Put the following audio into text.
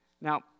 Now